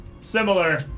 similar